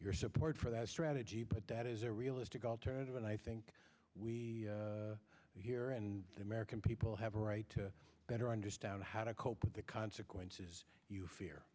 your support for that strategy but that is a realistic alternative and i think we and the american people have a right to better understand how to cope with the consequences you fear